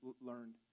learned